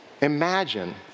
Imagine